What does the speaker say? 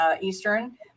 Eastern